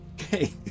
okay